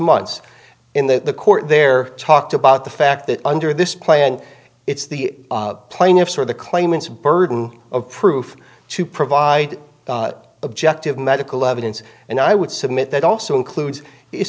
months in the court there talked about the fact that under this plan it's the plaintiffs or the claimants burden of proof to provide objective medical evidence and i would submit that also i